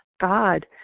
God